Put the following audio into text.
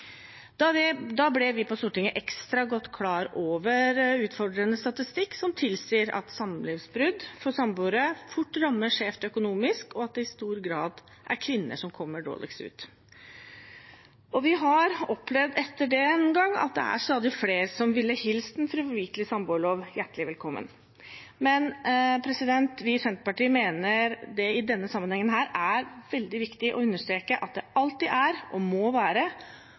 Da ble vi på Stortinget ekstra godt klar over utfordrende statistikk som tilsier at samlivsbrudd for samboere fort rammer økonomisk skjevt, og at det i stor grad er kvinner som kommer dårligst ut. Vi har etter den gang opplevd at det er stadig flere som ville hilst en fravikelig samboerlov hjertelig velkommen. Men vi i Senterpartiet mener at det i denne sammenhengen er veldig viktig å understreke at det alltid er og må være